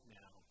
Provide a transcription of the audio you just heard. now